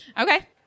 Okay